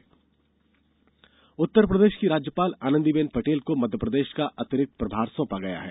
राज्यपाल प्रभार उत्तर प्रदेश की राज्यपाल आनंदीबेन पटेल को मध्यप्रेदश का अतिरिक्त प्रभार सौंपा गया है